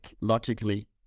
logically